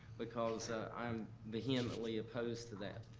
because i am vehemently opposed to that.